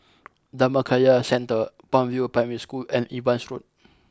Dhammakaya Centre Palm View Primary School and Evans Road